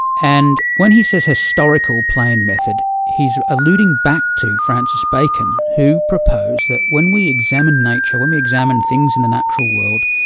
and when he says historical plain method, he's alluding alluding back to francis bacon, who proposed that when we examine nature, when we examine things in the natural world,